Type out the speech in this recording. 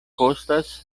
kostas